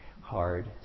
hard